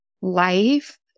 life